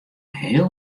heel